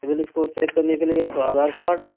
CIBIL score check करने के लिए एक तो आधार कार्ड